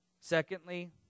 Secondly